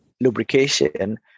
lubrication